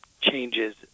changes